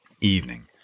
Evening